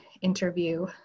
interview